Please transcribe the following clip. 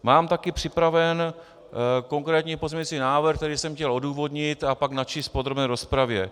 Mám také připraven konkrétní pozměňovací návrh, který jsem chtěl odůvodnit a pak načíst v podrobné rozpravě.